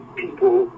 people